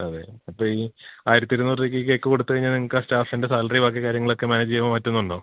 അതെ അപ്പോള് ഈ ആയിരത്തി ഇരുന്നൂറ് രൂപയ്ക്കീ കേക്ക് കൊടുത്തു കഴിഞ്ഞാൽ നിങ്ങള്ക്കാ സ്റ്റാഫിന്റെ സാലറി ബാക്കി കാര്യങ്ങളൊക്കെ മാനേജെയ്യാൻ പറ്റുന്നുണ്ടോ